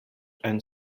and